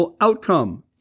outcome